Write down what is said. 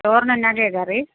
ചോറിനെന്നാ ഒക്കെയാണ് കറി